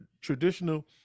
traditional